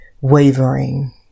wavering